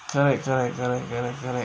correct correct correct correct